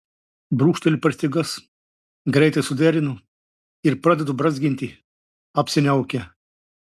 brūkšteliu per stygas greitai suderinu ir pradedu brązginti apsiniaukę